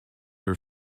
her